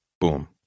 boom